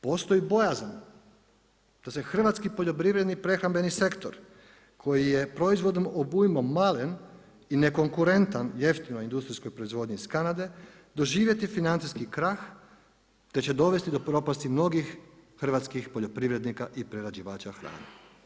Postoji bojazan da se hrvatski poljoprivredni prehrambeni sektor koji je proizvodnim obujmom malen i nekonkurentan jeftinoj industrijskoj proizvodnji iz Kanade, doživjet financijski krah te će dovesti do propasti mnogih hrvatskih poljoprivrednika i prerađivača hrane.